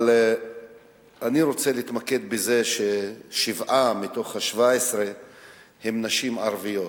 אבל אני רוצה להתמקד בזה ששבע מתוך ה-17 הן נשים ערביות.